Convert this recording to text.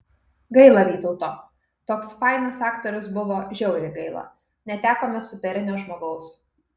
gaila vytauto toks fainas aktorius buvo žiauriai gaila netekome superinio žmogaus